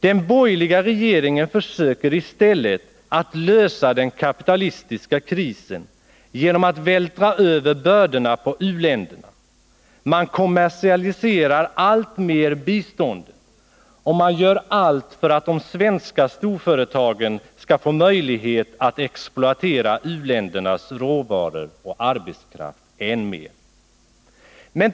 Den borgerliga regeringen försöker lösa den kapitalistiska krisen genom att vältra över bördorna på u-länderna: man kommersialiserar alltmer biståndet, och man gör allt för att de svenska storföretagen skall få möjligheter att exploatera u-ländernas råvaror och arbetskraft än mer.